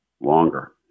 longer